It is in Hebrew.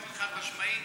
באופן חד-משמעי,